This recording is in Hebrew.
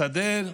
מסדר?